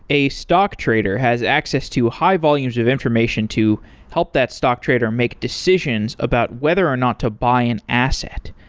a stock trader has access to high volumes of information to help that stock trader make decisions about whether or not to buy an asset.